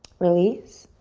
release.